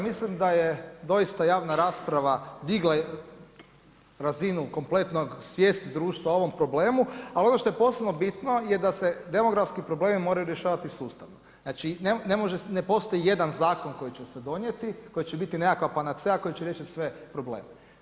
Mislim da je doista javna rasprava digla razinu kompletnog svijesti društva o ovom problemu, al ono što je posebno bitno je da se demografski problemi moraju rješavati sustavno, znači ne postoji jedan zakon koji će se donijeti, koji će biti nekakva panaceja koja će riješit sve probleme.